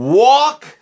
walk